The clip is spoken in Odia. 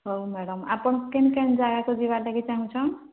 ହଉ ମ୍ୟାଡ଼ମ୍ ଆପଣ କେନ୍ କେନ୍ ଜାଗାକୁ ଯିବାର୍ ଲାଗି ଚାହୁଁଛନ୍